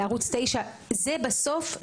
לערוץ 9. בסופו של דבר,